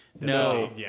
No